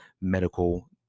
medical